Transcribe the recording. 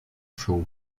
show